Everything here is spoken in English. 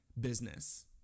business